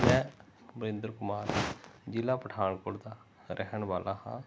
ਮੈਂ ਵਰਿੰਦਰ ਕੁਮਾਰ ਜ਼ਿਲ੍ਹਾ ਪਠਾਨਕੋਟ ਦਾ ਰਹਿਣ ਵਾਲਾ ਹਾਂ